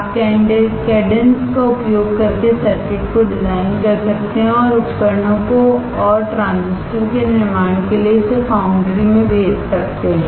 आप कैडेंस का उपयोग करके सर्किट को डिजाइनकर सकते हैं और उपकरणों और ट्रांजिस्टर के निर्माण के लिए इसे फाउंड्री में भेज सकते हैं